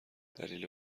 دلیل